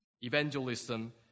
Evangelism